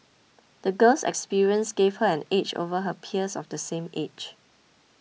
the girl's experiences gave her an edge over her peers of the same age